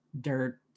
dirt